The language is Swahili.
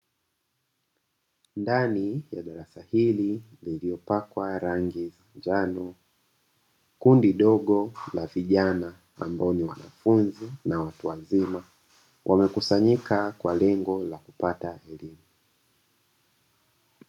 Ndani ya darasa hili lililopakwa rangi za njano, kundi dogo la vijana ambao ni wanafunzi na watu wazima, wamekusanyika kwa lengo la kupata elimu.